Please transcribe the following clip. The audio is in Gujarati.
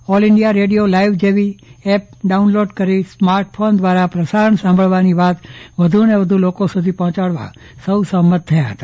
ઓલ ઇન્ડિયા રેડિયો લાઇવ જેવી એપ ડાઉનલોડ કરી સ્માર્ટફોન દ્વારા પ્રસારણ સાંભળવાની વાત વધુને વધુ લોકો સુધી પહોચાડવા સૌ સહમત થયા હતા